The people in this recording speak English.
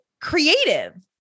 creative